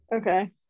Okay